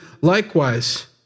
likewise